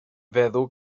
feddw